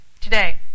today